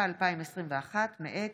2021, מאת